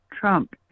Trump